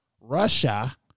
Russia